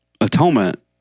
Atonement